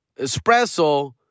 espresso